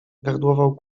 gardłował